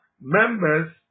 Members